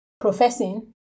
professing